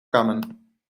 kammen